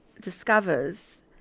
discovers